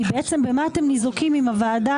היא בעצם במה אתם ניזוקים אם הוועדה